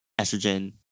estrogen